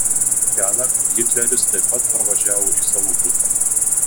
šiąnakt hitleris taip pat parvažiavo į savo butą